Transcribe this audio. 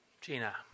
Gina